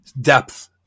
depth